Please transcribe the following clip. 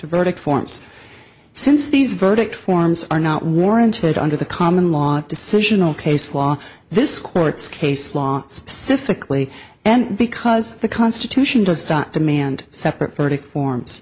to verdict forms since these verdict forms are not warranted under the common law of decisional case law this court's case law specifically and because the constitution does not demand separate verdict forms